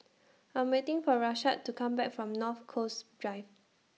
I'm waiting For Rashad to Come Back from North Coast Drive